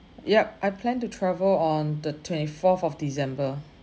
yup I plan to travel on the twenty fourth of december